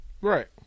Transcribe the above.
right